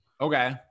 Okay